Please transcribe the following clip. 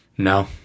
No